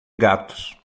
gatos